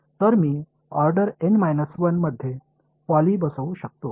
तर मी order N 1 मध्ये पॉलि बसवू शकतो